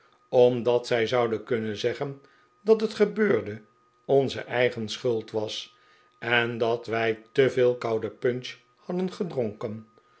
omdat zij zouden kunnen zeggen dat het gebeurde onze eigen schuld was en dat wij te veel koude punch hadden gedronken